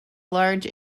large